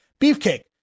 Beefcake